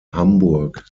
hamburg